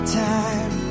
time